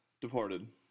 Departed